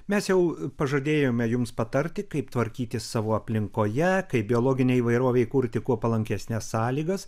mes jau pažadėjome jums patarti kaip tvarkytis savo aplinkoje kaip biologinei įvairovei kurti kuo palankesnes sąlygas